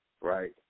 Right